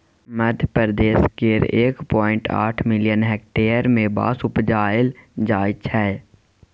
मध्यप्रदेश केर एक पॉइंट आठ मिलियन हेक्टेयर मे बाँस उपजाएल जाइ छै